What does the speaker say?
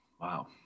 Wow